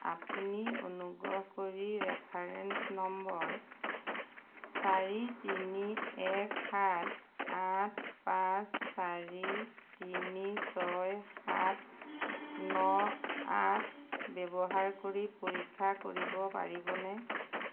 আপুনি অনুগ্ৰহ কৰি ৰেফাৰেন্স নম্বৰ চাৰি তিনি এক সাত আঠ পাঁচ চাৰি তিনি ছয় সাত ন আঠ ব্যৱহাৰ কৰি পৰীক্ষা কৰিব পাৰিবনে